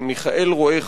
מיכאל רועה,